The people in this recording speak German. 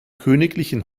königlichen